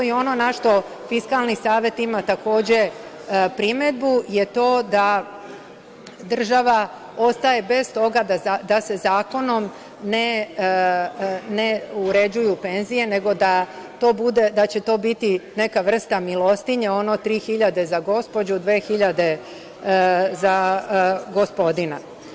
I ono na šta Fiskalni savet ima takođe primedbu je to da država ostaje bez toga da se zakonom ne uređuju penzije, nego da će to biti neka vrsta milostinje, ono – tri hiljade za gospođu, dve hiljade za gospodina.